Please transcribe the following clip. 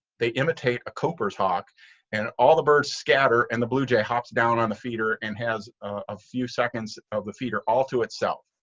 they imitate a cooper's hawk and all the birds scatter and the blue jay hops down on the feeder and has a few seconds of the feeder all to itself.